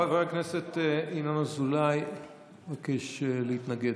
חבר הכנסת ינון אזולאי מבקש להתנגד.